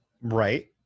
Right